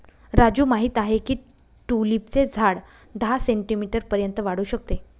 राजू माहित आहे की ट्यूलिपचे झाड दहा सेंटीमीटर पर्यंत वाढू शकते